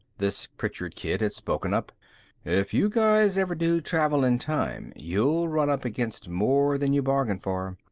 this pritchard kid had spoken up if you guys ever do travel in time, you'll run up against more than you bargain for.